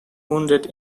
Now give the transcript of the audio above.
wounded